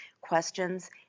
questions